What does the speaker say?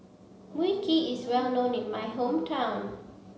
Wui Kee is well known in my hometown